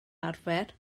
arfer